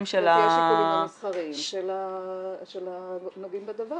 מסחריים -- לפי השיקולים המסחריים של הנוגעים לדבר,